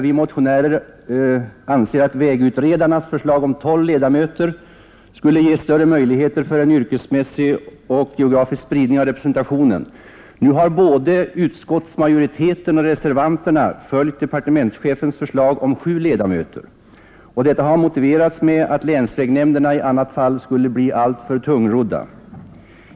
Vi motionärer anser att vägutredarnas förslag om tolv ledamöter skulle ge större möjligheter för en yrkesmässig och geografisk spridning av representationen. Nu har emellertid både utskottsmajoriteten och reservanterna följt departementschefens förslag om sju ledamöter. Detta har motiverats med att länsvägnämndernas arbete i annat fall skulle bli alltför tungrott.